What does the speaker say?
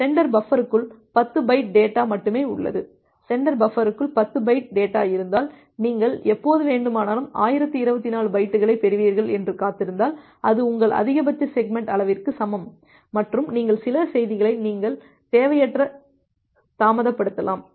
centre பஃபருக்கு 10 byte data மட்டுமே உள்ளது சென்டர் பஃபருக்கு 10 பைட் டேட்டா இருந்தால் நீங்கள் எப்போது வேண்டுமானாலும் 1024 பைட்டுகளைப் பெறுவீர்கள் என்று காத்திருந்தால் அது உங்கள் அதிகபட்ச செக்மெண்ட் அளவிற்கு சமம் மற்றும் நீங்கள் சில செய்திகளை நீங்கள் தேவையற்ற தாமதப்படுத்தலாம்